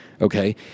Okay